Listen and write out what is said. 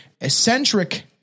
eccentric